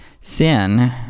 sin